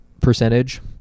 percentage